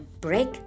break